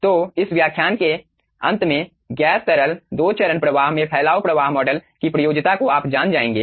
तो इस व्याख्यान के अंत में गैस तरल दो चरण प्रवाह में फैलाव प्रवाह मॉडल की प्रयोज्यता को आप जान जाएंगे